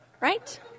right